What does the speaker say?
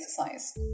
exercise